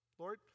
Lord